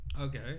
Okay